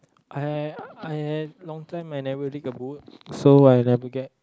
I I long time I never read a book so I never get